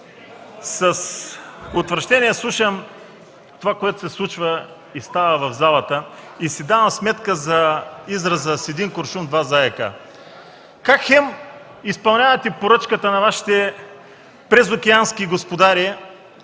С отвращение слушам това, което се случва и става в залата и си давам сметка за израза „с един куршум два заека”. Как хем изпълнявате поръчката на Вашите презокеански господари,